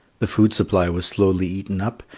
the food supply was slowly eaten up,